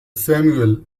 samuel